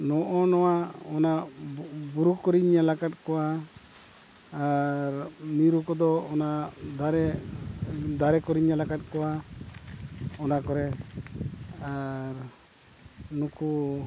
ᱱᱚᱜᱼᱚ ᱱᱚᱣᱟ ᱚᱱᱟ ᱵᱩᱨᱩ ᱠᱚᱨᱮᱧ ᱧᱮᱞᱟᱠᱟᱫ ᱠᱚᱣᱟ ᱟᱨ ᱢᱤᱨᱩ ᱠᱚᱫᱚ ᱚᱱᱟ ᱫᱟᱨᱮ ᱫᱟᱨᱮ ᱠᱚᱨᱮᱧ ᱧᱮᱞᱟᱠᱟᱫ ᱠᱚᱣᱟ ᱚᱱᱟ ᱠᱚᱨᱮ ᱟᱨ ᱱᱩᱠᱩ